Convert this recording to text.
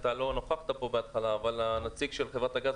אתה לא נכחת פה בהתחלה אבל הנציג של חברת הגז